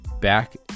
back